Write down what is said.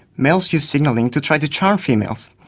males use signalling to try to charm females.